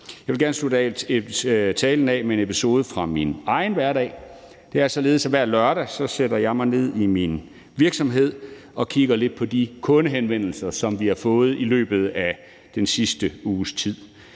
Jeg vil gerne slutte talen af med en episode fra min egen hverdag. Det er således, at hver lørdag sætter jeg mig ned i min virksomhed og kigger lidt på de kundehenvendelser, som vi har fået i løbet af den sidste uges tid.